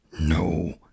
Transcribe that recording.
No